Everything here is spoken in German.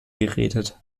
geredet